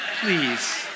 Please